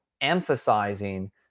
emphasizing